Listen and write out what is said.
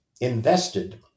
invested